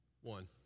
One